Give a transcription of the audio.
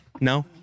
No